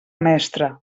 mestre